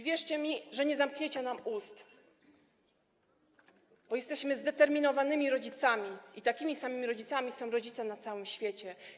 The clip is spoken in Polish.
Wierzcie mi, że nie zamknięcie nam ust, bo jesteśmy zdeterminowanymi rodzicami i takimi samymi rodzicami są rodzice na całym świecie.